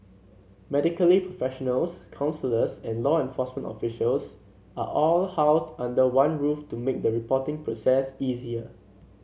medically professionals counsellors and law enforcement officials are all housed under one roof to make the reporting process easier